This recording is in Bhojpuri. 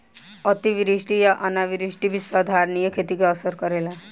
अतिवृष्टि आ अनावृष्टि भी संधारनीय खेती के असर करेला